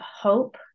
hope